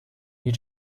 you